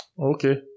Okay